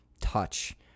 touch